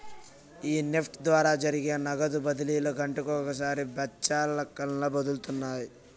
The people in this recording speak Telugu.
ఈ నెఫ్ట్ ద్వారా జరిగే నగదు బదిలీలు గంటకొకసారి బాచల్లక్కన ఒదులుతారు